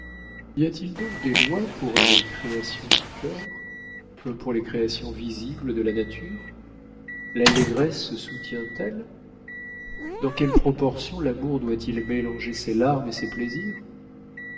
y a-t-il donc des lois pour les créations du cœur comme pour les créations visibles de la nature l'allégresse se soutient elle dans quelle proportion l'amour doit-il mélanger ses larmes et ses plaisirs